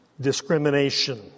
discrimination